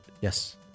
Yes